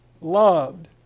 loved